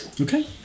Okay